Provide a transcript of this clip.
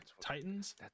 Titans